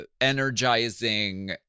energizing